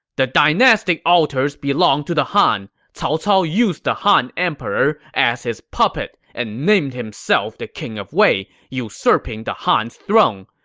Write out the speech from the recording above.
the dynastic altars belong to the han. cao cao used the han emperor as his puppet and named himself the king of wei, usurping the han's throne.